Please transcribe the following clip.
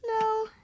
no